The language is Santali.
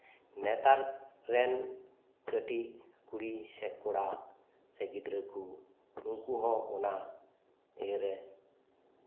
ᱱᱮᱛᱟᱨ ᱨᱮᱱ ᱠᱟᱹᱴᱤᱡ ᱠᱩᱲᱤ ᱥᱮ ᱠᱚᱲᱟ ᱥᱮ ᱜᱤᱫᱽᱨᱟᱹ ᱠᱚ ᱩᱱᱠᱩ ᱦᱚᱸ ᱤᱭᱟᱹ ᱨᱮ